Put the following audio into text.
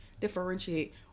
differentiate